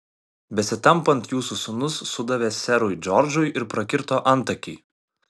besitampant jūsų sūnus sudavė serui džordžui ir prakirto antakį